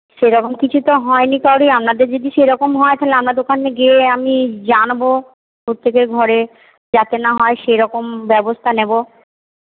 সেরকম কিছু তো হয়নি তবে আপনাদের যদি সেরকম হয় তাহলে আপনাদের ওখানে গিয়ে আমি জানবো প্রত্যেকের ঘরে যাতে না হয় সেইরকম ব্যবস্থা নেবো